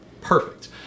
Perfect